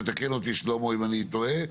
תתקן אותי שלמה אם אני טועה,